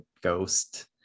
ghost